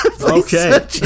Okay